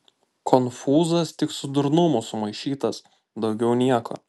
konfūzas tik su durnumu sumaišytas daugiau nieko